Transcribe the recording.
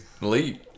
leap